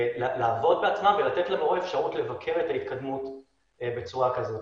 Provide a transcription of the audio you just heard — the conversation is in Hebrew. לעבוד בעצמם ולתת למורה אפשרות לבקר את ההתקדמות בצורה כזו.